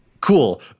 Cool